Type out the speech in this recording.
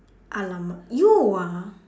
!alamak! you ah